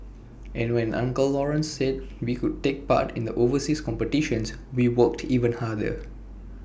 and when uncle Lawrence said we could take part in the overseas competitions we worked even harder